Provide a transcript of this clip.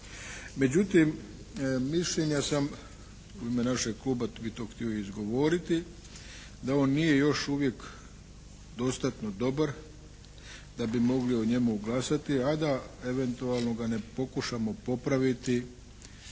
Međutim, mišljenja sam u ime našeg kluba to bih htio izgovoriti da ovo nije još uvijek dostatno dobar da bi mogli o njemu glasati, a da eventualno ga ne pokušamo popraviti